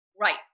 Right